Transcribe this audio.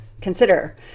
consider